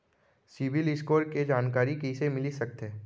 CIBIL score के जानकारी कइसे मिलिस सकथे?